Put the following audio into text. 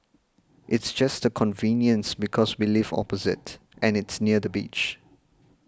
it's just the convenience because we live opposite and it's near the beach